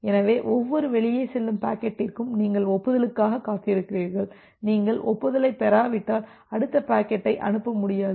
எனவே ஒவ்வொரு வெளியே செல்லும் பாக்கெட்டிற்கும் நீங்கள் ஒப்புதலுக்காக காத்திருக்கிறீர்கள் நீங்கள் ஒப்புதலைப் பெறாவிட்டால் அடுத்த பாக்கெட்டை அனுப்ப முடியாது